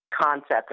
concept